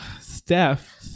steph